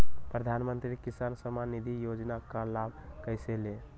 प्रधानमंत्री किसान समान निधि योजना का लाभ कैसे ले?